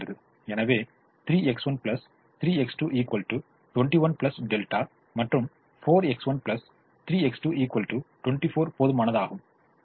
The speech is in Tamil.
எனவே 3X1 3X2 21 δ மற்றும் 4X1 3X2 24 போதுமானதாகும்